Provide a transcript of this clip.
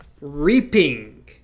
Reaping